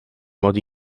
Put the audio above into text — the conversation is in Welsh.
mod